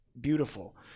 beautiful